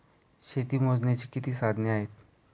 शेती मोजण्याची किती साधने आहेत?